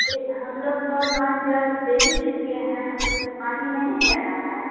दे हम लोग तो नल जल दे ही चुके हैं उसमें पानी नहीं जा रहा है